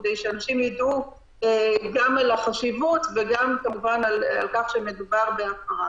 ושאנשים ידעו גם על החשיבות וגם כמובן על כך שמדובר בהפרה.